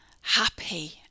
happy